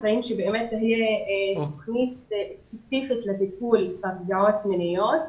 אנחנו מציעים העלאת מודעות בקרב הקהילה,